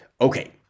Okay